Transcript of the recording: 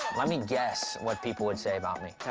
let me guess what people would say about me.